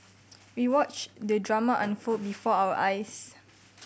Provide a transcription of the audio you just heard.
we watched the drama unfold before our eyes